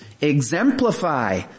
Exemplify